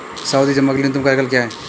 सावधि जमा के लिए न्यूनतम कार्यकाल क्या है?